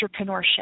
entrepreneurship